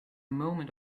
moment